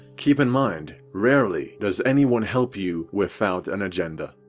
keep in mind, rarely does anyone help you without an agenda.